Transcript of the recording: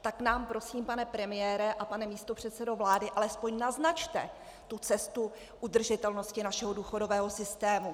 Tak nám prosím, pane premiére a pane místopředsedo vlády, alespoň naznačte cestu udržitelnosti našeho důchodového systému.